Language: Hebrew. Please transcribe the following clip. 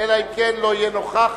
אנחנו עוברים